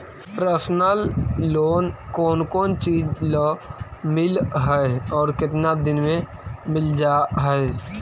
Personal loan कोन कोन चिज ल मिल है और केतना दिन में मिल जा है?